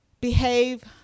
behave